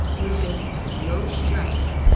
would have been no strike,